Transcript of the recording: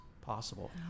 possible